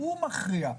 הוא מכריע.